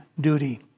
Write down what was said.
duty